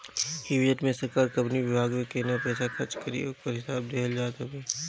इ बजट में सरकार कवनी विभाग पे केतना पईसा खर्च करी ओकर हिसाब दिहल जात हवे